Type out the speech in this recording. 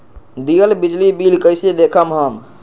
दियल बिजली बिल कइसे देखम हम?